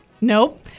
Nope